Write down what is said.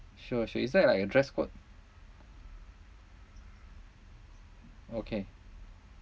sure sure is there like a dress code okay